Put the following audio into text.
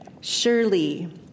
Surely